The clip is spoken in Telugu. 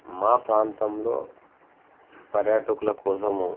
మా ప్రాంతంలో పర్యాటకుల కోసము